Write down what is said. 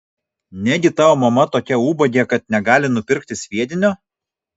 negi tavo mama tokia ubagė kad negali nupirkti sviedinio